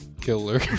Killer